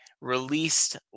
Released